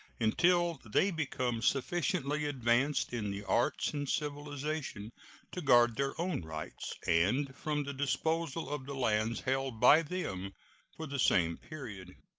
until they become sufficiently advanced in the arts and civilization to guard their own rights, and from the disposal of the lands held by them for the same period.